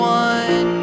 one